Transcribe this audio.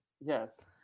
yes